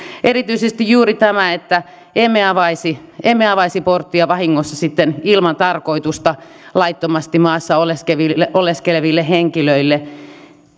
erityisesti juuri tämä että emme avaisi emme avaisi porttia vahingossa sitten ilman tarkoitusta laittomasti maassa oleskeleville oleskeleville henkilöille